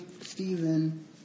Stephen